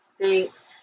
Thanks